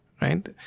right